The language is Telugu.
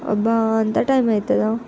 అబ్బా అంత టైమ్ అవుతుందా